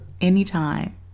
anytime